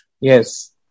Yes